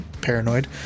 Paranoid